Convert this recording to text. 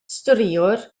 storïwr